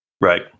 Right